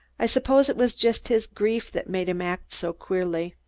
i suppose it was just his grief that made him act so queerly.